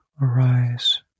arise